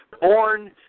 born